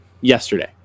yesterday